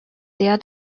der